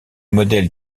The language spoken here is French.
modèle